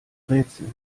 rätsel